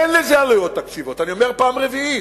אין לזה עלויות תקציביות, אני אומר פעם רביעית.